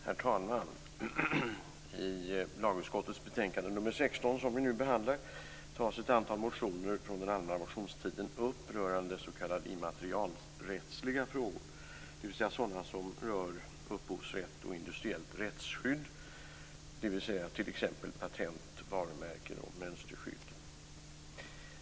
Herr talman! I lagutskottets betänkande nr 16, som vi nu behandlar, tas upp ett antal motioner från den allmänna motionstiden rörande s.k. immaterialrättsliga frågor, dvs. sådana som rör upphovsrätt och industriellt rättsskydd, t.ex. patent, varumärken och mönsterskydd.